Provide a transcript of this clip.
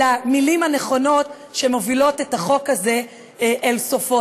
המילים הנכונות שמובילות את החוק הזה אל סופו.